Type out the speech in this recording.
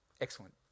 excellent